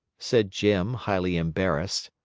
said jim, highly embarrassed.